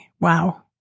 wow